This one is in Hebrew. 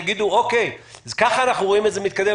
יגידו: אוקיי, כך אנחנו רואים את זה מתקדם?